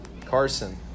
Carson